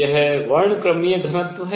यह वर्णक्रमीय घनत्व है